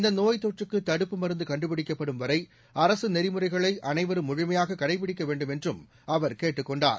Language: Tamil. இந்த நோய்த் தொற்றுக்கு தடுப்பு மருந்து கண்டுபிடிக்கப்படும் வரை அரசு நெறிமுறைகளை அனைவரும் முழுமையாக கடைபிடிக்க வேண்டும் என்றும் அவர் கேட்டுக் கொண்டார்